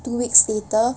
two weeks later